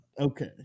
Okay